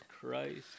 Christ